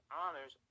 honors